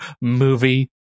movie